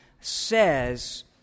says